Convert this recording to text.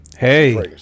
Hey